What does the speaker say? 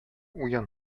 уен